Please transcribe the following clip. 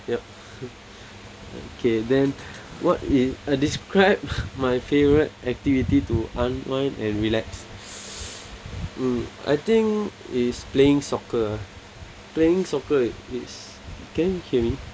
yup okay then what is uh describe my favourite activity to unwind and relax mm I think it's playing soccer playing soccer is can you hear me